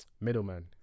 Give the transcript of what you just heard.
middleman